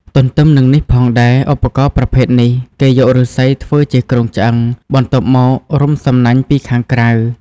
ទន្ទឹមនឹងនេះផងដែរ ឧបករណ៍ប្រភេទនេះ គេយកឫស្សីធ្វើជាគ្រោងឆ្អឹង បន្ទាប់មករុំសំណាញ់ពីខាងក្រៅ។